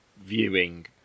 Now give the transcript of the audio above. viewing